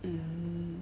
um